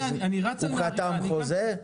הוא חתם חוזה?